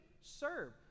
serve